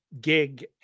gig